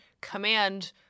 command